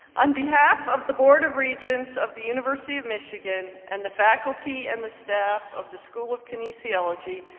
on behalf of the board of regents of the university of michigan, and the faculty and the staff of the school of kinesiology,